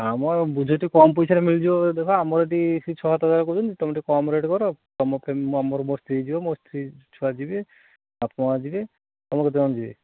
ନା ମ ବୁଝ ଟିକେ କମ୍ ପଇସାରେ ମିଳିଯିବ ଦେବା ଆମର ଏଠି ସେଇ ଛଅ ସାତ ହଜାର କହୁଛନ୍ତି ତମେ ଟିକେ କମ୍ ରେଟ୍ କର ତମ ଫାମିଲି ମୋ ସ୍ତ୍ରୀ ଯିବ ମୋ ସ୍ତ୍ରୀ ଛୁଆ ଯିବେ ବାପା ମାଆ ଯିବେ ତମର କେତେ ଜଣ ଯିବେ